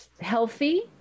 healthy